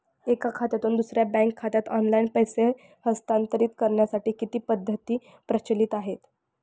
एका खात्यातून दुसऱ्या बँक खात्यात ऑनलाइन पैसे हस्तांतरित करण्यासाठी किती पद्धती प्रचलित आहेत?